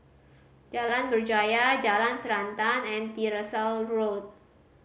Jalan Berjaya Jalan Srantan and Tyersall Road